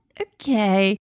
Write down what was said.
Okay